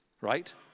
right